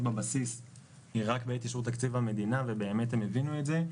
בבסיס היא רק בעת אישור תקציב המדינה ובאמת הם הבינו את זה.